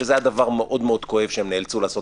שזה היה דבר מאוד מאוד כואב שהן נאלצו לעשות